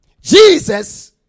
Jesus